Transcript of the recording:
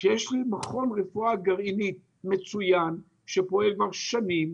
יש מכון מצוין לרפואה גרעינית שפועל כבר שנים,